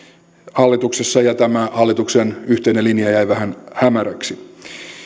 hallituksessa ja tämä hallituksen yhteinen linja jäi vähän hämäräksi